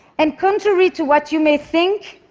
and contrary to what you may think,